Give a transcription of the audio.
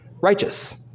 righteous